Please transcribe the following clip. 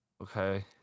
Okay